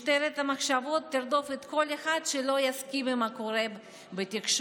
משטרת המחשבות תרדוף כל אחד שלא יסכים עם מה שקורה בתקשורת,